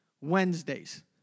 Wednesdays